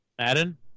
Madden